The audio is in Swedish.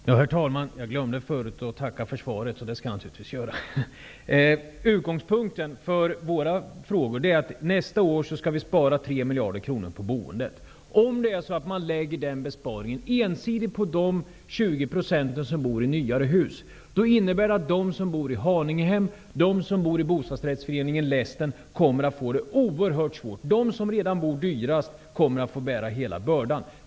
Herr talman! Jag glömde tidigare att tacka för svaret. Det skall jag naturligtvis göra. Utgångspunkten för våra frågor är att vi nästa år skall spara 3 miljarder kronor på boendet. Om man lägger den besparingen ensidigt på de 20 % av svenska folket som bor i nyare hus, innebär det att de som bor i Haningehem och de som bor i bostadsrättsföreningen Lästen kommer att få det oerhört svårt. De som redan bor dyrast kommer att få bära hela bördan.